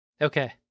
Okay